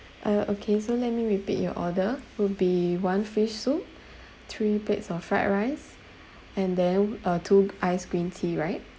uh okay so let me repeat your order would be one fish soup three plates of fried rice and then uh two iced green tea right